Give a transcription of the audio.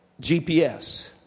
GPS